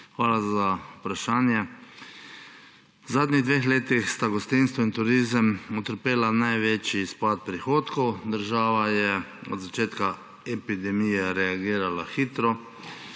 Hvala za vprašanje. V zadnjih dveh letih sta gostinstvo in turizem utrpela največji izpad prihodkov. Država je od začetka epidemije reagirala hitro.